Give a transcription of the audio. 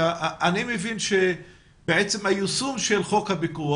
אני מבין שבעצם היישום של חוק הפיקוח